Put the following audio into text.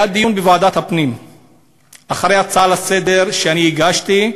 היה דיון בוועדת הפנים אחרי הצעה לסדר-היום שאני הגשתי,